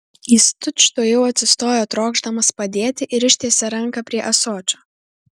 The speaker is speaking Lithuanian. jis tučtuojau atsistojo trokšdamas padėti ir ištiesė ranką prie ąsočio